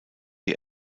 die